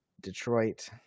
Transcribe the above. Detroit